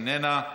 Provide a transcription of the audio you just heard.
איננה.